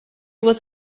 was